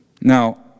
Now